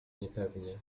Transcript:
niepewnie